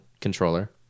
controller